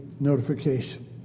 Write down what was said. Notification